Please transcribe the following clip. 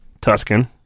Tuscan